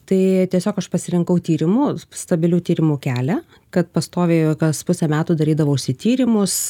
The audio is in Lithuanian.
tai tiesiog aš pasirinkau tyrimus stabilių tyrimų kelią kad pastoviai kas pusę metų darydavausi tyrimus